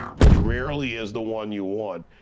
which rarely is the one you want,